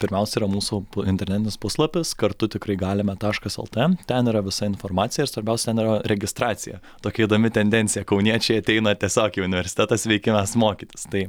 pirmiausia yra mūsų internetinis puslapis kartu tikrai galime taškas lt ten yra visa informacija ir svarbiausia ten yra registracija tokia įdomi tendencija kauniečiai ateina tiesiog į universitetą sveiki mes mokytis tai